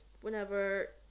whenever